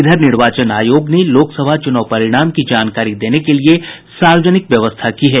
इधर निर्वाचन आयोग ने लोकसभा चुनाव परिणाम की जानकारी देने की सार्वजनिक व्यवस्था की है